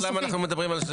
למה אנחנו מדברים על 60,